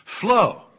flow